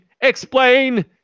explain